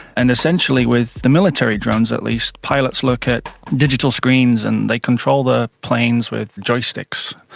and essentially with the military drones at least, pilots look at digital screens and they control the planes with joysticks.